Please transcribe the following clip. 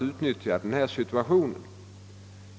utnyttja denna situation.